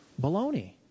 Baloney